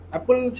Apple